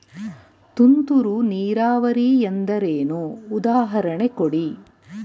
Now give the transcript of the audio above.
ತುಂತುರು ನೀರಾವರಿ ಎಂದರೇನು, ಉದಾಹರಣೆ ಕೊಡಿ?